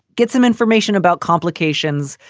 get some information about complications,